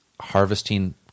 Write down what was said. harvesting